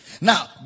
Now